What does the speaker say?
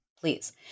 please